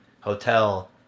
hotel